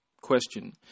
question